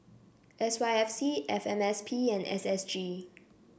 S Y F C F M S P and S S G